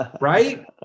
Right